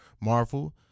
Marvel